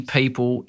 people